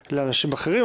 פני אנשים אחרים,